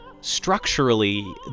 structurally